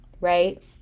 right